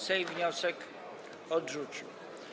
Sejm wniosek odrzucił.